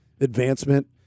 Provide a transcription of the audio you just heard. advancement